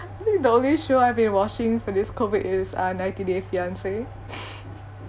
the only show I've been watching for this COVID is uh ninety day fiance